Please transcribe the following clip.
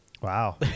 Wow